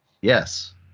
Yes